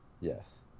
Yes